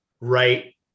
right